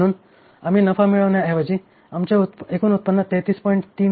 म्हणून आम्ही नफा मिळवण्याऐवजी आमचे एकूण उत्पन्न 33 33